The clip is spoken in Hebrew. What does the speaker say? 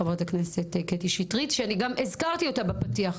חברת הכנסת קטי שיטרית שאני גם הזכרתי אותה בפתיח.